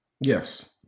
Yes